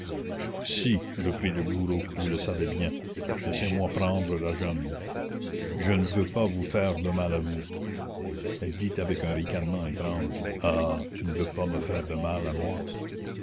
si reprit le bourreau vous le savez bien laissez-moi prendre la jeune je ne veux pas vous faire de mal à vous elle dit avec un ricanement étrange ah tu ne veux pas me faire de mal à moi